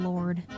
Lord